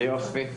יופי.